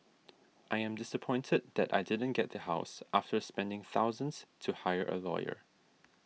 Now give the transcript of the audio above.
I am disappointed that I didn't get the house after spending thousands to hire a lawyer